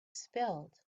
spilled